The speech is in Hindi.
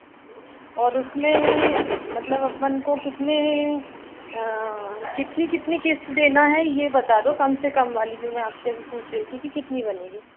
और इसमें मतलब अपन को कितने कितने कितने किश्त देना है यह बता दो कम से कम वाली जो आपसे मैं अभी पूछ रही थी कि कितनी बनेगी